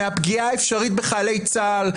מהפגיעה האפשרית בחיילי צה"ל,